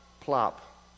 Plop